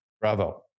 Bravo